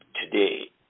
today